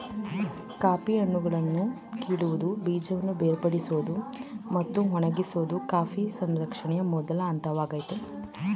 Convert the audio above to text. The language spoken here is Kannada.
ಕಾಫಿ ಹಣ್ಣುಗಳನ್ನು ಕೀಳುವುದು ಬೀಜವನ್ನು ಬೇರ್ಪಡಿಸೋದು ಮತ್ತು ಒಣಗಿಸೋದು ಕಾಫಿ ಸಂಸ್ಕರಣೆಯ ಮೊದಲ ಹಂತವಾಗಯ್ತೆ